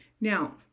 Now